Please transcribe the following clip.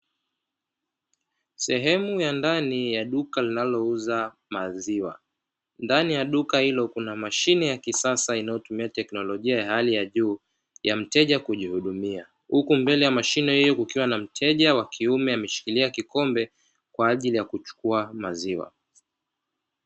Sehemu ya ndani ya duka linalouza maziwa, ndani ya duka hilo kuna mashine ya kisasa inaotumia teknolojia ya hali ya juu ya mteja kujihudumia. Huku mbele ya mashine hiyo kukiwa na mteja wa kiume ameshikilia kikombe, kwa ajili ya kuchukua maziwa.